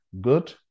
Good